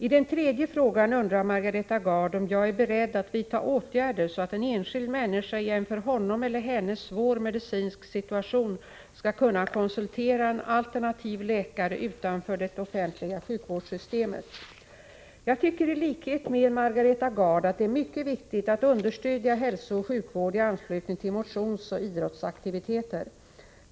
I den tredje frågan undrar Margareta Gard om jag är beredd att vidta åtgärder så att en enskild människa i en för honom eller henne svår medicinsk situation skall kunna konsultera en alternativ läkare utanför det offentliga sjukvårdssystemet. Jag tycker i likhet med Margareta Gard att det är mycket viktigt att understödja hälsooch sjukvård i anslutning till motionsoch idrottsaktiviteter.